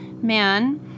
man—